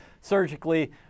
surgically